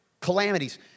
calamities